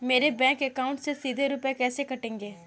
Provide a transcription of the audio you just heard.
मेरे bank account से सीधे रुपए कैसे कटेंगे?